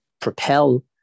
propel